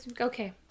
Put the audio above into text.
Okay